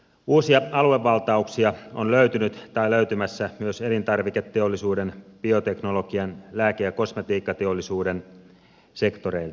uusia aluevaltauksia on löytynyt tai löytymässä myös elintarviketeollisuuden bioteknologian lääke ja kosmetiikkateollisuuden sektoreilta